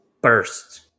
Burst